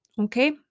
Okay